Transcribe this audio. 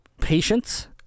patience